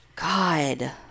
God